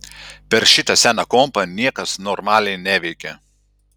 per šitą seną kompą niekas normaliai neveikia